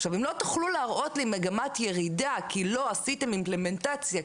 עכשיו אם לא תוכלו להראות לי מגמת ירידה כי לא עשיתם אימפלמנטציה,